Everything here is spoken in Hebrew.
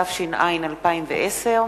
התש"ע 2010,